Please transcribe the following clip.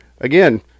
Again